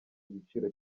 igiciro